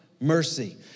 Mercy